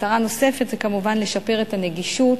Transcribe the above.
מטרה נוספת היא כמובן לשפר את הנגישות,